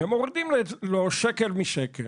ומורידים לו שקל משקל,